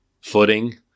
footing